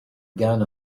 gun